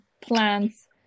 plants